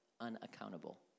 unaccountable